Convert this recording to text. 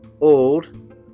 old